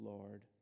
Lord